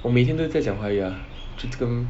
我每天都在讲华语 ah 跟